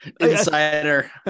Insider